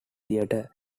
theatre